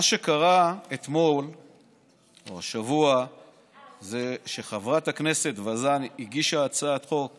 מה שקרה אתמול זה שחברת הכנסת וזאן הגישה הצעת חוק